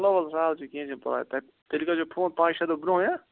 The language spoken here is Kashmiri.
وَل وَل سَہل چھُ کینٛہہ چھُنہٕ پرواے تیٚلہِ کٔرزیٚو فون پانٛژھ شیٚے دۄہ برونٛہے ہہ